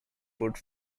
put